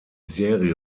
serie